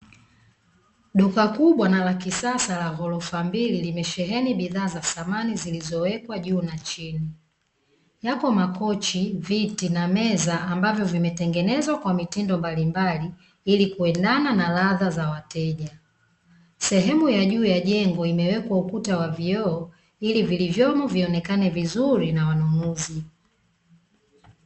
Duka kubwa na la kisasa la ghorofa mbili limesheheni bidhaa za samani zilizowekwa juu na chini. Yapo makochi, viti na meza ambavyo vimetengenezwa kwa mitindo mbalimbali, ili kuendana na ladha za wateja. Sehemu ya juu ya jengo, imewekwa ukuta wa vioo ili vilivyomo vionekane vizuri na wanunuzi.